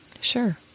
sure